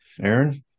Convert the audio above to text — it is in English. Aaron